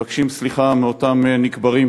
מבקשים סליחה מאותם נקברים,